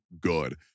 good